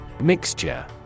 Mixture